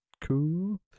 cool